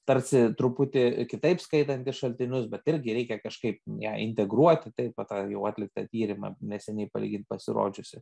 tarsi truputį kitaip skaitant gi šaltinius bet irgi reikia kažkaip ją integruot taip va tą jau atliktą tyrimą neseniai palygint pasirodžiusį